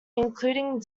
including